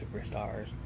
superstars